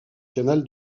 canal